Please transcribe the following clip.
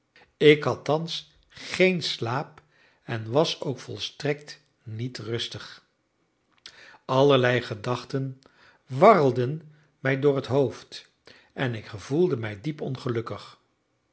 ik had thans geen slaap en was ook volstrekt niet rustig allerlei gedachten warrelden mij door het hoofd en ik gevoelde mij diep ongelukkig